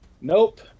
Nope